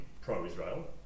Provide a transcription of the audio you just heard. pro-israel